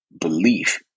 Belief